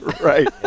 Right